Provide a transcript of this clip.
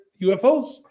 UFOs